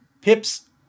Pips